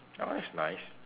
ah that's nice